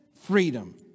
freedom